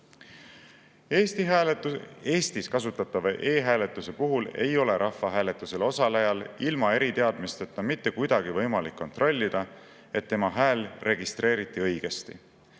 Eestis kasutatava e‑hääletuse puhul ei ole rahvahääletusel osalejal ilma eriteadmisteta mitte kuidagi võimalik kontrollida, et tema hääl registreeriti õigesti.